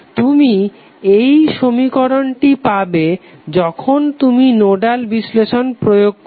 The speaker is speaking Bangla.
তুমি এই সমীকরণটি পাবে যখন তুমি নোডাল বিশ্লেষণ প্রয়োগ করবে